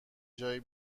جایی